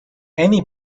any